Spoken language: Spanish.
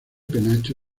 penacho